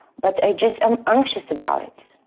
but i'm just i'm anxious about it,